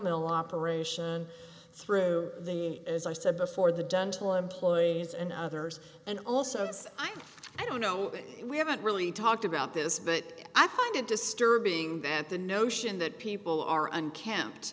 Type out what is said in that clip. mill operation through the as i said before the dental employees and others and also i mean i don't know we haven't really talked about this but i find it disturbing that the notion that people are unkempt